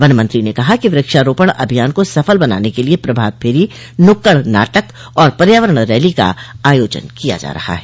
one मंत्री ने कहा कि वृक्षारोपण अभियान को सफल बनाने के लिए प्रभात फोरी नुक्कड़ नाटक और पर्यावरण रैली का आयोजन किया जा रहा है